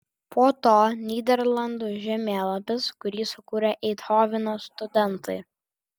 po to nyderlandų žemėlapis kurį sukūrė eindhoveno studentai